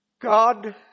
God